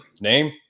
name